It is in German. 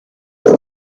ist